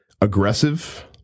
aggressive